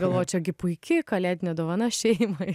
galvoju čia gi puiki kalėdinė dovana šeimai